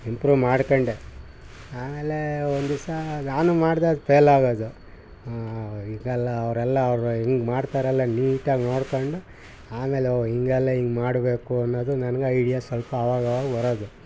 improve ಮಾಡ್ಕೊಂಡೆ ಆಮೇಲೆ ಒಂದು ದಿವ್ಸ ನಾನು ಮಾಡಿದೆ ಅದು ಫೇಲಾಗೋದು ಈಗಲ್ಲ ಅವರೆಲ್ಲ ಅವ್ರು ಹೆಂಗ್ ಮಾಡ್ತಾರಲ್ಲ ನೀಟಾಗಿ ನೋಡಿಕೊಂಡು ಆಮೇಲೆ ಓ ಹೀಗಲ್ಲ ಹಿಂಗೆ ಮಾಡಬೇಕು ಅನ್ನೋದು ನನ್ಗೆ ಐಡಿಯಾ ಸ್ವಲ್ಪ ಆವಾಗ ಆವಾಗ ಬರೋದು